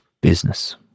business